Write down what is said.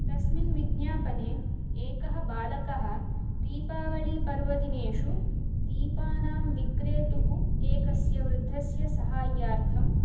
तस्मिन् विज्ञापने एकः बालकः दीपावलीपर्वदिनेषु दीपानां विक्रेतुः एकस्य वृद्धस्य साहाय्यार्थं